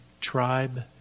tribe